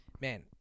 Man